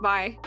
Bye